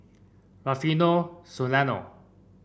Rufino Soliano